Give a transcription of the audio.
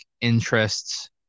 interests